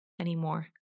anymore